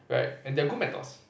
right and there are good mentors